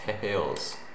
Tails